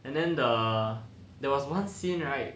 and then the there was one scene right